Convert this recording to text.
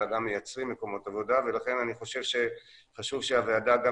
אלא גם מייצרים מקומות עבודה ולכן אני חושב שחשוב שהוועדה גם